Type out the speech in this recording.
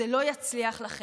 זה לא יצליח לכם.